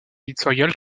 éditorial